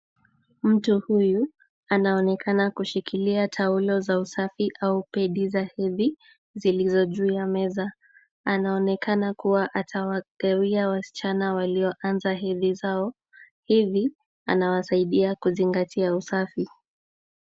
Mtu huyu anaonekana kushikilia taulo za usafi au pedi za hedhi zilizo juu ya meza. Anaonekana kuwa atawagawia wasichana walioanza hedhi zao. Hivi anawasaidia kuzingatia usafi.